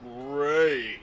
great